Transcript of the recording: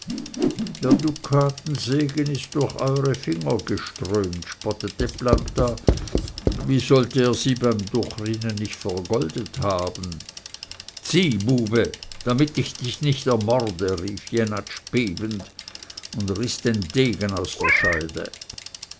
der dukatensegen ist durch eure finger geströmt spottete planta wie sollte er sie beim durchrinnen nicht vergoldet haben zieh bube damit ich dich nicht ermorde rief jenatsch bebend und riß den degen aus der scheide